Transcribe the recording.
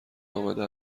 آمده